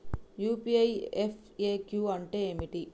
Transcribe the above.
UPI FAQ అంటే ఏమిటి?